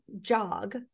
jog